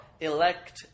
elect